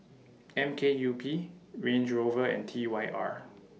M K U P Range Rover and T Y R